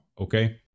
Okay